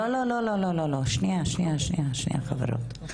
לא, לא, שניה חברות.